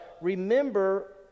remember